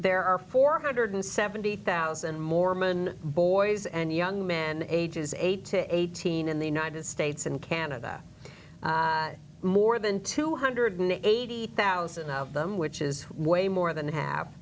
there are four hundred and seventy thousand mormon boys and young men ages eight to eighteen in the united states and canada more than two hundred and eighty thousand of them which is way more than half